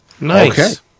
Nice